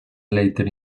later